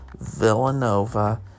Villanova